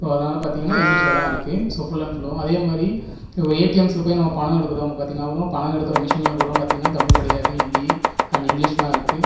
so அதனால் பார்த்தீங்கனா இங்கிலிஷ்சில் தான் இருக்குது ஸோ ஃபுல் அண்ட் ஃபுல்லும் அதே மாதிரி ஏடிஎம்ஸ்சில் போய் நம்ம பணம் எடுக்கிறோம் பார்த்தீங்கனா பணம் எடுக்கிற மெஷினில் கூட பார்த்தீங்கனா தமிழ் கிடையாது ஹிந்தி அண்ட் இங்கிலிஷ் தான் இருக்குது